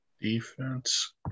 defense